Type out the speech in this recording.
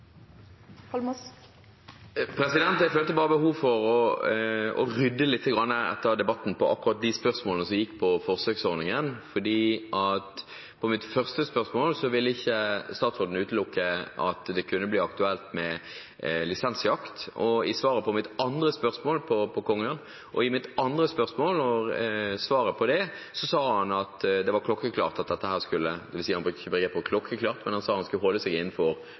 Holmås i én ting – jakt på sangfugler er lite aktuelt. De utgjør, meg bekjent, ingen trussel verken for tamrein eller for andre beitedyr. Jeg følte bare behov for å rydde litt etter debatten om akkurat de spørsmålene som gikk på forsøksordningen. På mitt første spørsmål ville ikke statsråden utelukke at det kunne bli aktuelt med lisensjakt på kongeørn, og i svaret på mitt andre spørsmål sa han at det var klokkeklart – dvs. han brukte riktignok ikke begrepet «klokkeklart» – at han skulle holde seg